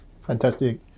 Fantastic